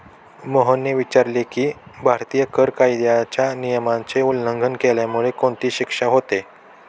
मोहनने विचारले की, भारतीय कर कायद्याच्या नियमाचे उल्लंघन केल्यामुळे कोणती शिक्षा होते?